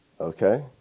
Okay